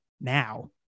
now